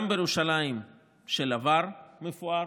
גם בירושלים של עבר מפואר,